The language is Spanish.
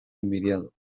envidiado